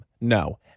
No